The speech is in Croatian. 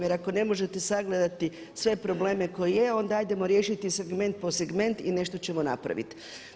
Jer ako ne možete sagledati sve probleme koji jesu onda ajdemo riješiti segment po segment i nešto ćemo napraviti.